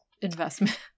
investment